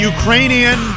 Ukrainian